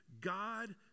God